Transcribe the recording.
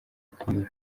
akamaro